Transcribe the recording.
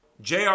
Jr